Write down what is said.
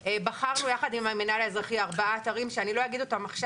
בחרנו יחד עם המינהל האזרחי ארבעה אתרים שאני לא אגיד אותם עכשיו.